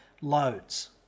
loads